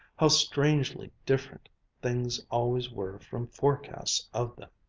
how strangely different things always were from forecasts of them!